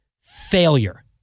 failure